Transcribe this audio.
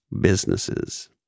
businesses